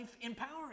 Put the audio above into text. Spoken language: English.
empowering